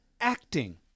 Acting